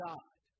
God